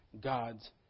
God's